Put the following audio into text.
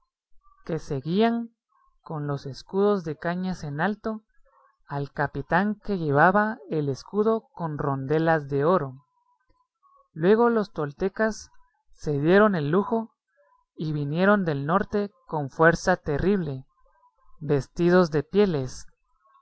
que seguían con los escudos de cañas en alto al capitán que llevaba el escudo con rondelas de oro luego los toltecas se dieron al lujo y vinieron del norte con fuerza terrible vestidos de pieles